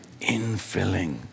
infilling